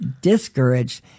discouraged